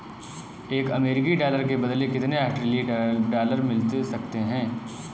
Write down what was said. एक अमेरिकी डॉलर के बदले कितने ऑस्ट्रेलियाई डॉलर मिल सकते हैं?